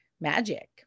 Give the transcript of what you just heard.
magic